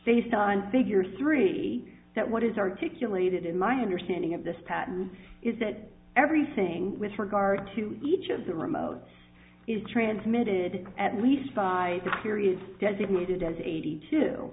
based on figure three that what is articulated in my understanding of this pattern is that everything with regard to each of the remote is transmitted at least by the period designated as eighty two